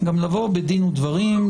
גם לבוא בדין ודברים,